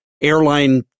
airline